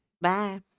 Bye